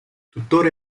tuttora